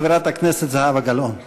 חברת הכנסת זהבה גלאון.